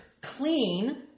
clean